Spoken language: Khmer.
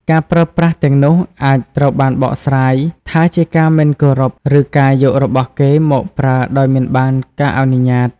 ការប្រើប្រាស់ទាំងនោះអាចត្រូវបានបកស្រាយថាជាការមិនគោរពឬការយករបស់គេមកប្រើដោយមិនបានការអនុញ្ញាត។